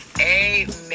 Amen